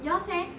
yours eh